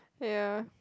ya